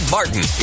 Martin